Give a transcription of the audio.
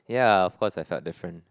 yeah of course I felt different